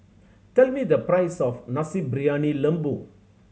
tell me the price of Nasi Briyani Lembu